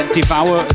devour